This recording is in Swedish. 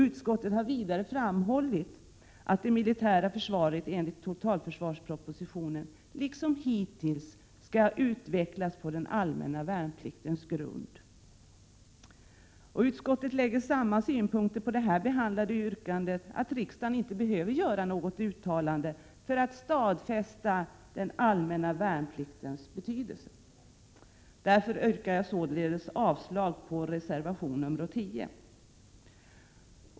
Utskottet har vidare framhållit att det militära försvaret enligt totalförsvarspropositionen liksom hittills skall utvecklas på den allmänna värnpliktens grund. Utskottet lägger samma synpunkter på det här behandlade yrkandet, att riksdagen inte behöver göra något uttalande för att stadfästa den allmänna värnpliktens betydelse. Jag yrkar därför avslag på reservation nr 10.